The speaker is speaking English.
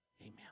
Amen